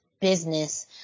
business